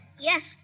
Yes